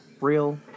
real